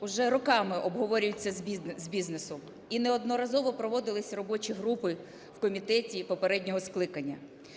уже роками обговорюється з бізнесом. І неодноразово проводились робочі групи в комітеті попереднього скликання.